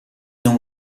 non